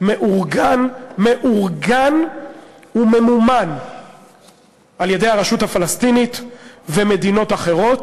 מאורגן וממומן על-ידי הרשות הפלסטינית ומדינות אחרות,